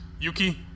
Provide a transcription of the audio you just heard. Yuki